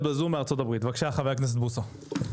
בבקשה, חבר הכנסת בוסו.